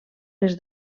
les